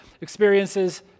Experiences